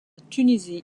tunisie